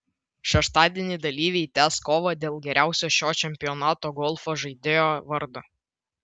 šeštadienį dalyviai tęs kovą dėl geriausio šio čempionato golfo žaidėjo vardo